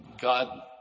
God